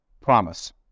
promise